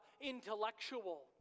intellectual